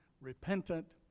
repentant